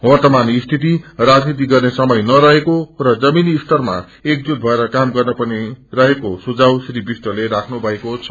वव्रमान सिंगित राजनीति गर्ने समय नरहेको र जमीनी स्तरमा एकजूट भएर काम गर्न पर्ने रहेको सुझाव श्री विष्टले राख्नु भएको छ